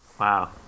Wow